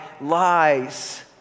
lies